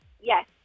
yes